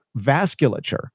vasculature